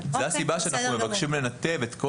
זו הסיבה שאנחנו רוצים לנתב את כל